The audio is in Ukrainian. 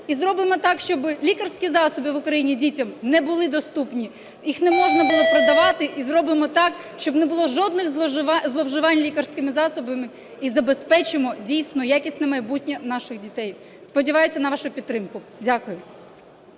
і зробимо так, щоби лікарські засоби в Україні дітям не були доступні, їх не можна було продавати і зробимо так, щоб не було жодних зловживань лікарськими засобами, і забезпечимо дійсно якісне майбутнє наших дітей. Сподіваюсь на вашу підтримку. Дякую.